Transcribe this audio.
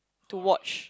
to watch